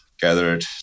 gathered